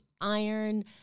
iron